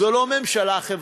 זו לא ממשלה חברתית,